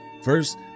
First